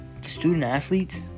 student-athletes